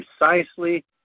precisely